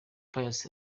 pius